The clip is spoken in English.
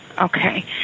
Okay